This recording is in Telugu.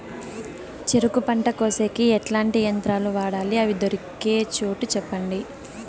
చెరుకు పంట కోసేకి ఎట్లాంటి యంత్రాలు వాడాలి? అవి దొరికే చోటు చెప్పండి?